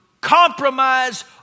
compromise